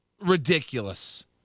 ridiculous